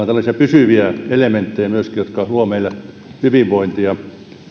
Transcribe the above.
tällaisia pysyviä elementtejä jotka luovat meille hyvinvointia